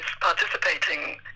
participating